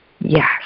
yes